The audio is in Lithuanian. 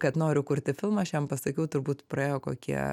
kad noriu kurti filmą aš jam pasakiau turbūt praėjo kokie